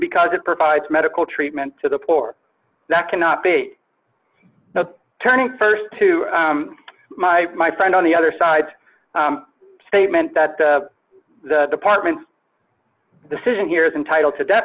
because it provides medical treatment to the poor that cannot be turning st to my my friend on the other side statement that the department's decision here is entitled to de